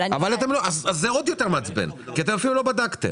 אז זה עוד יותר מעצבן, כי אתם אפילו לא בדקתם.